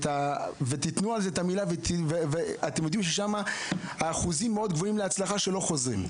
אתם יודעים ששם האחוזים מאוד גבוהים להצלחה שלא חוזרים.